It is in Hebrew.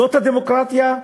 זאת הדמוקרטיה?